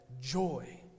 joy